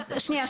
אז שנייה.